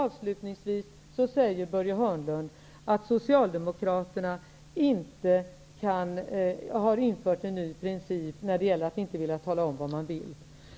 Avslutningsvis säger Börje Hörnlund att Socialdemokraterna har infört en ny princip när det gäller att inte tala om vad man vill.